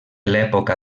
l’època